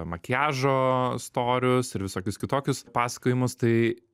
makiažo storius ir visokius kitokius pasakojimus tai